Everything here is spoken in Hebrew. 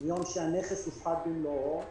מיום שהנכס הופחת במלואו,